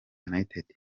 united